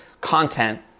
content